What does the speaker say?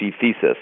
thesis